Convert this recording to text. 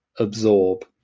absorb